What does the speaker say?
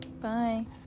Bye